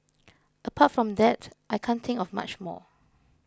apart from that I can't think of much more